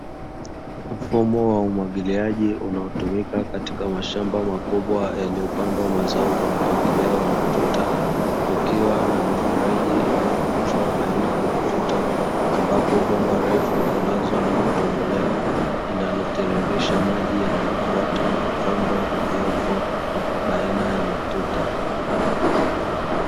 Mfumo wa umwagiliaji unaotumika katika mashamba makubwa, yaliyopandwa mazao kwa mpangilio wa matuta, kukiwa na mifereji inayoachwa baina ya matuta, ambapo bomba refu hulazwa na kutobolewa, linalotiririsha maji yanayofuata mkondo uliopo baina ya matuta.